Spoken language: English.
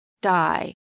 die